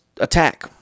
attack